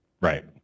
Right